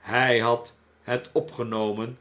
hg had het opgenomen